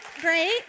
great